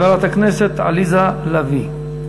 חברת הכנסת עליזה לביא,